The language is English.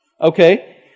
Okay